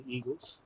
Eagles